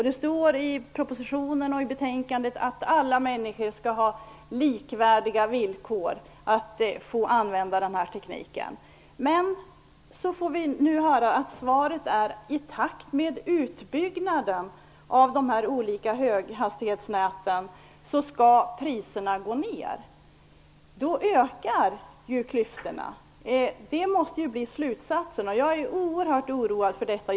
Det står i propositionen och i betänkandet att alla människor skall ha likvärdiga villkor för att få använda tekniken. Nu får vi höra svaret på min fråga: i takt med utbyggnaden av de olika höghastighetsnäten skall priserna gå ned. Men då ökar ju klyftorna! Det måste bli slutsatsen. Jag är oerhört oroad över detta.